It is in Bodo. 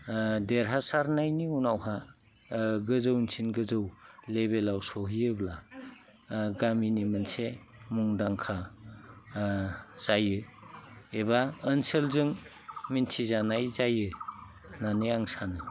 देरहासारनायनि उनावहा गोजौथिं गोजौ लेभेलाव सौहैयोब्ला गामिनि मोनसे मुंदांखा जायो एबा ओनसोलजों मिन्थिजानाय जायो होननानै आं सानो